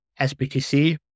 SBTC